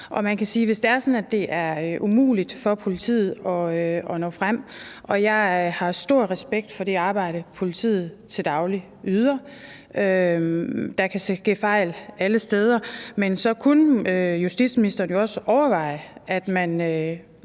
hvis det er sådan, at det er umuligt for politiet at nå frem – og jeg har stor respekt for det arbejde, politiet til daglig yder; der kan ske fejl alle steder – kunne justitsministeren så overveje, at man